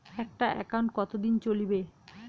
একটা একাউন্ট কতদিন চলিবে?